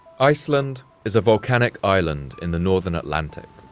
iceland is a volcanic island in the northern atlantic,